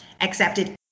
accepted